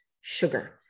sugar